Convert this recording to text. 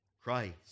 Christ